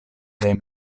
dei